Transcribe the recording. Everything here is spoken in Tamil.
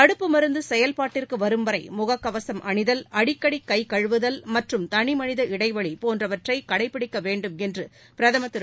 தடுப்பு மருநதுசெயல்பாட்டுக்குவரும் வரைமுகக் கவசம் அணிதல் அடிக்கடி கை கழுவுதல் மற்றும் தளிமனித இடைவெளிபோன்றவற்றைகளடபிடிக்கவேண்டும் என்றுபிரதமர் திரு